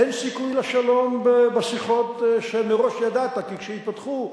אין סיכוי לשלום בשיחות שמראש ידעת כי כשייפתחו,